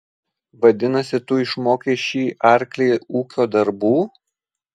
vadinasi tu išmokei šį arklį ūkio darbų